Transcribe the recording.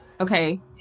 Okay